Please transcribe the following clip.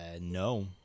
No